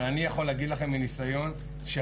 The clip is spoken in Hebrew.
אבל אני יכול להגיד לכם מניסיון שהיום